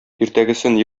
иртәгесен